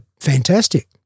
Fantastic